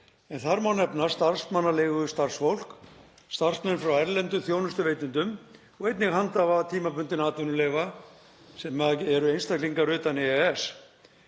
Þar má nefna starfsmannaleigustarfsfólk, starfsmenn frá erlendum þjónustuveitendum og einnig handhafa tímabundinna atvinnuleyfa sem eru einstaklingar utan EES.